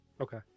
okay